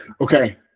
Okay